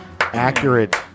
accurate